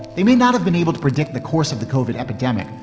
they may not have been able to predict the course of the koven epidemic,